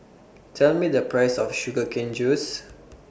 Tell Me The Price of Sugar Cane Juice